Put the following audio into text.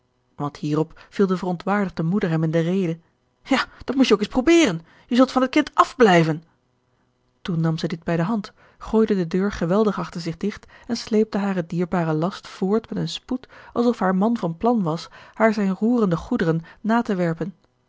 want hierop viel de verontwaardigde moeder hem in de rede ja dat moest je ook eens proberen je zult van het kind afblijven toen nam zij dit bij de hand gooide de deur geweldig achter zich digt en sleepte haren dierbaren last voort met een spoed alsof haar man van plan was haar zijne roerende goederen na te werpen